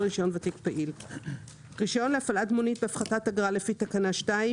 רישיון ותיק פעיל 3. רישיון להפעלת מונית בהפחתת אגרה לפי תקנה 2,